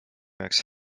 jaoks